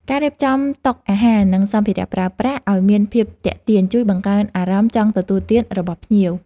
ការរៀបចំតុអាហារនិងសម្ភារៈប្រើប្រាស់ឱ្យមានភាពទាក់ទាញ ជួយបង្កើនអារម្មណ៍ចង់ទទួលទានរបស់ភ្ញៀវ។